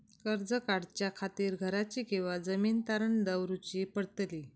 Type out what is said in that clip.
कर्ज काढच्या खातीर घराची किंवा जमीन तारण दवरूची पडतली?